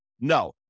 No